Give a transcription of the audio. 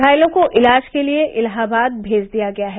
घायलों को इलाज के लिये इलाहाबाद भेज दिया गया है